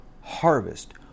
harvest